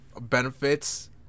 benefits